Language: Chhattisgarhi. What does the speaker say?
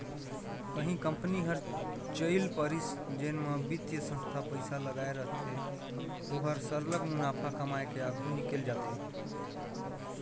कहीं कंपनी हर चइल परिस जेन म बित्तीय संस्था पइसा लगाए रहथे ओहर सरलग मुनाफा कमाए के आघु निकेल जाथे